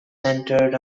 centered